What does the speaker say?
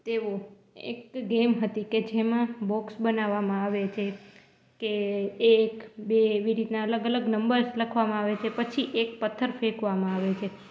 તેઓ એક ગેમ હતી કે જેમાં બોક્સ બનાવવામાં આવે છે કે એક બે એવી રીતનાં અલગ અલગ નંબર્સ લખવામાં આવે છે પછી એક પથ્થર ફેંકવામાં આવે છે